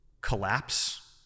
collapse